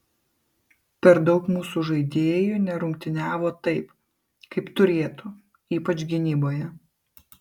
per daug mūsų žaidėjų nerungtyniavo taip kaip turėtų ypač gynyboje